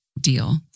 deal